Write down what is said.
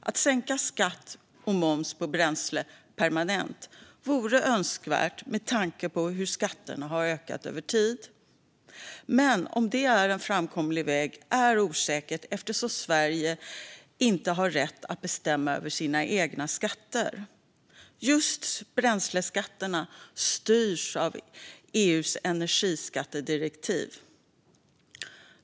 Att sänka skatt och moms på bränsle permanent vore önskvärt, med tanke på hur skatterna har ökat över tid. Men det är osäkert om det är en framkomlig väg, eftersom Sverige inte har rätt att bestämma över sina egna skatter. Just bränsleskatterna styrs av EU:s energiskattedirektiv.